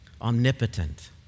Omnipotent